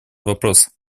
вопрос